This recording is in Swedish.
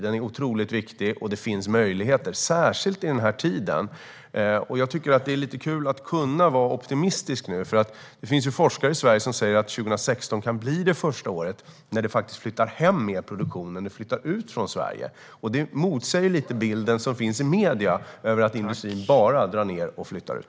Den är otroligt viktig, och det finns möjligheter särskilt i denna tid. Det är lite kul att nu kunna vara optimistisk. Det finns forskare i Sverige som säger att 2016 kan bli det första året när det flyttar hem mer produktion än det flyttar ut från Sverige. Det motsäger lite bilden som finns i medier av att industrin bara drar ned och flyttar ut.